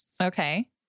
Okay